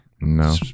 No